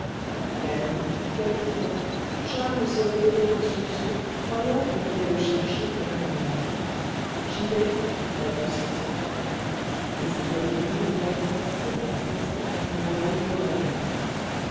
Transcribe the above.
la nuit quelquefois charles se réveillait en sursaut croyant qu'on venait le chercher pour un malade j'y vais balbutiait il et c'était le bruit d'une allumette qu'emma frottait afin de rallumer la lampe